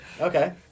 Okay